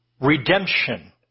Redemption